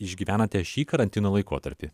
išgyvenate šį karantino laikotarpį